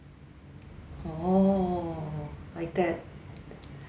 orh like that